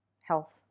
health